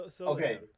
okay